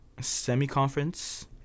semi-conference